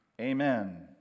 amen